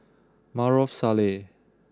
Maarof Salleh